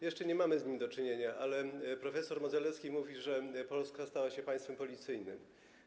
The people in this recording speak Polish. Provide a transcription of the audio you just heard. Jeszcze nie mamy z nim do czynienia, ale prof. Modzelewski mówi, że Polska stała się państwem policyjnym.